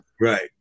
Right